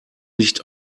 nicht